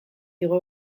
igo